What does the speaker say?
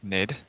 Ned